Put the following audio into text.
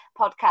podcast